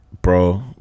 Bro